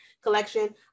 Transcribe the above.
collection